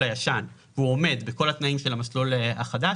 הישן והוא עומד בכל התנאים של המסלול החדש,